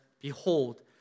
Behold